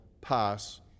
pass